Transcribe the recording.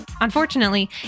Unfortunately